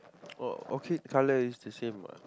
oh Orchid colour is the same what